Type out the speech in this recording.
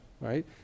right